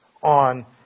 on